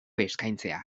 eskaintzea